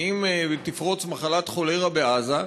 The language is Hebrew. אם תפרוץ מחלת כולרה בעזה,